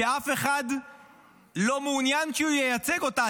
שאף אחד לא מעוניין שהוא ייצג אותה.